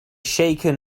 shaken